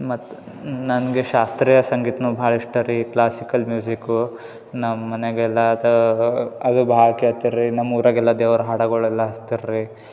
ಮತ್ತು ನನ್ಗೆ ಶಾಸ್ತ್ರೀಯ ಸಂಗೀತನೂ ಭಾಳ ಇಷ್ಟ ರೀ ಕ್ಲಾಸಿಕಲ್ ಮ್ಯೂಸಿಕು ನಮ್ಮ ಮನೆಗೆಲ್ಲ ಆ ಥರ ಅದು ಭಾಳ ಕೇಳ್ತಾರೆ ರೀ ನಮ್ಮ ಊರಾಗೆಲ್ಲ ದೇವ್ರ ಹಾಡಗಳೆಲ್ಲ ಹಚ್ತಾರೆ ರೀ